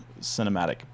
cinematic